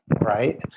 Right